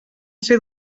ser